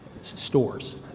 Stores